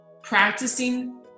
Practicing